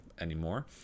anymore